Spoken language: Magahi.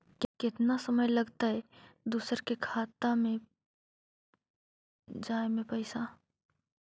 केतना समय लगतैय दुसर के खाता में जाय में पैसा?